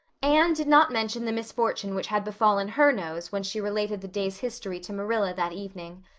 anne did not mention the misfortune which had befallen her nose when she related the day's history to marilla that evening.